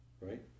right